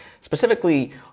specifically